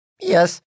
Yes